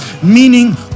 meaning